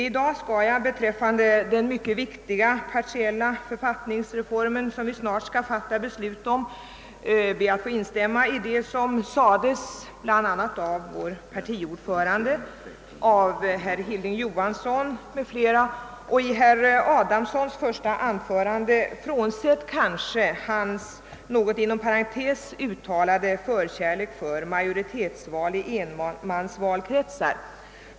I dag skall jag beträffande denna mycket viktiga partiella författningsreform be att få instämma i det som sades av bl.a. vår partiordförande samt av herr Hilding Johansson och herr Adamsson i hans första anförande, kanske frånsett dennes något parentetiskt uttalade förkärlek för majoritetsval i enmansvalkretsar.